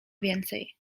więcej